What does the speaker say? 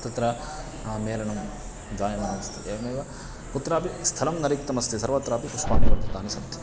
तत्र मेलनं जायमानस्ति एवमेव कुत्रापि स्थलं न रिक्तमस्ति सर्वत्रापि पुष्पाणि वर्धितानि सन्ति